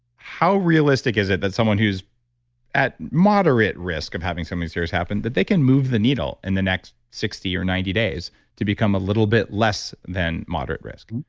how realistic is it that someone who is at moderate risk of having something serious happened that they can move the needle in the next sixty or ninety days to become a little bit less than moderate risk?